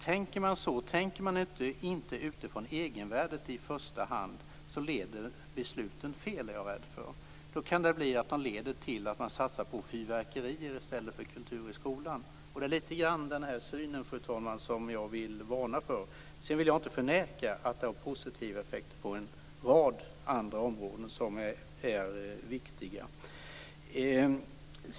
Men om man inte tänker utifrån egenvärdet i första hand leder besluten fel, är jag rädd. Då kan de leda till att man satsar på fyrverkerier i stället för kultur i skolan. Fru talman! Det är litet grand den synen som jag vill varna för. Jag vill dock inte förneka att kulturen har positiva effekter på en rad andra viktiga områden.